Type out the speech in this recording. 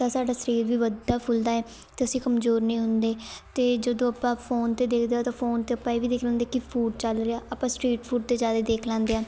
ਤਾਂ ਸਾਡਾ ਸਰੀਰ ਵੀ ਵੱਧਦਾ ਫੁੱਲਦਾ ਹੈ ਅਤੇ ਅਸੀਂ ਕਮਜ਼ੋਰ ਨਹੀਂ ਹੁੰਦੇ ਅਤੇ ਜਦੋਂ ਆਪਾਂ ਫ਼ੋਨ 'ਤੇ ਦੇਖਦੇ ਹਾਂ ਤਾਂ ਫ਼ੋਨ 'ਤੇ ਆਪਾਂ ਇਹ ਵੀ ਦੇਖ ਲੈਂਦੇ ਕਿ ਫੂਡ ਚੱਲ ਰਿਹਾ ਆਪਾਂ ਸਟਰੀਟ ਫੂਡ 'ਤੇ ਜ਼ਿਆਦਾ ਦੇਖ ਲੈਂਦੇ ਹਾਂ